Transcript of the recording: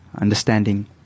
understanding